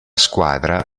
squadra